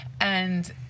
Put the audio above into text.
And-